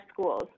schools